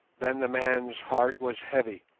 then the man's heart was heavy,